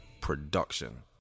production